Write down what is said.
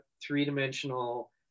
three-dimensional